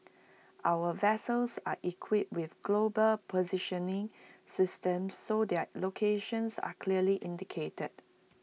our vessels are equipped with global positioning systems so their locations are clearly indicated